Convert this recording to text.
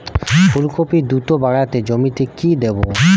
ফুলকপি দ্রুত বাড়াতে জমিতে কি দেবো?